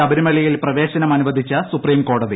ശബരിമലയിൽ പ്രവേശനം അനുവദിച്ച് സുപ്രീംകോടതി